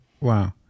Wow